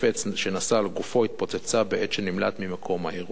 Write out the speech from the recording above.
שנשא על גופו התפוצצה בעת שנמלט ממקום האירוע.